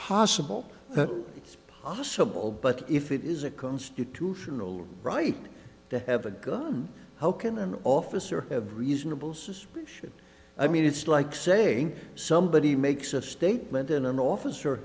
possible that possible but if it is a constitutional right to have a gun how can an officer have reasonable suspicion i mean it's like saying somebody makes a statement in an office or